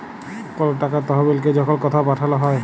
call টাকার তহবিলকে যখল কথাও পাঠাল হ্যয়